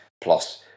Plus